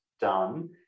done